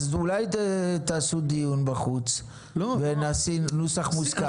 אז אולי תעשו דיון בחוץ ונשיג נוסח מוסכם?